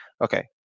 Okay